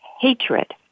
hatred